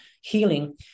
healing